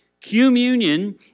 Communion